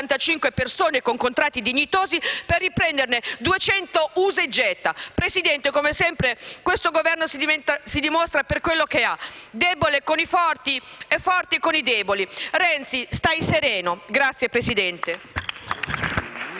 persone con contratti dignitosi, per riprenderne 200 usa e getta. Signor Presidente, come sempre questo Governo si dimostra per quello è: debole con i forti e forte con i deboli. Renzi, stai sereno. *(Applausi